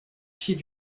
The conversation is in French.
pied